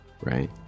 right